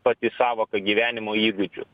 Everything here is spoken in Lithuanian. pati sąvoka gyvenimo įgūdžius